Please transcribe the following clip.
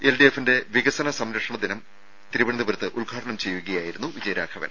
എൽഡിഎഫിന്റെ വികസന സംരക്ഷണ ദിനം തിരുവനന്തപുരത്ത് ഉദ്ഘാടനം ചെയ്യുകയായിരുന്നു വിജയരാഘവൻ